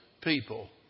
people